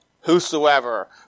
whosoever